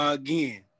Again